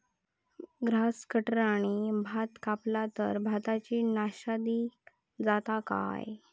Grass कटराने भात कपला तर भाताची नाशादी जाता काय?